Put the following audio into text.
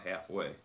halfway